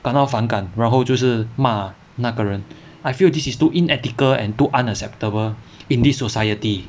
感到反感然后就是骂那个人 I feel this is too inethical and too unacceptable in this society